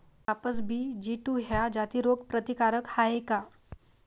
कपास BG two ह्या जाती रोग प्रतिकारक हाये का?